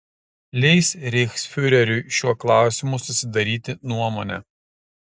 leis reichsfiureriui šiuo klausimu susidaryti nuomonę